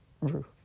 roof